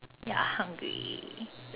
ya hungry